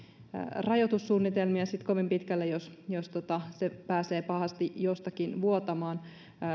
rajoitussuunnitelmia sitten kovin pitkälle jos jos se pääsee pahasti jostakin vuotamaan